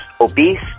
obese